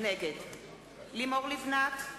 נגד לימור לבנת,